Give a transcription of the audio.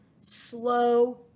slow